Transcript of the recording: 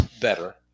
better